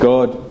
God